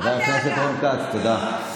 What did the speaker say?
חבר הכנסת רון כץ, תודה.